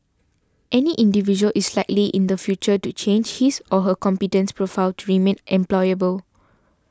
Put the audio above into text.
any individual is likely in the future to change his or her competence profile remain employable